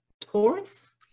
Taurus